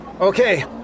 Okay